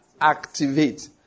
Activate